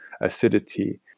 acidity